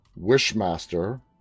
wishmaster